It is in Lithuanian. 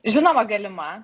žinoma galima